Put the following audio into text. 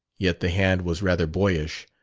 yet the hand was rather boyish.